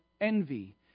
envy